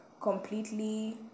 completely